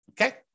okay